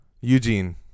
Eugene